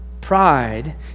Pride